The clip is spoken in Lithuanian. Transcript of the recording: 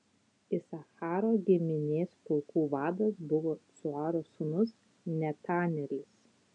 isacharo giminės pulkų vadas buvo cuaro sūnus netanelis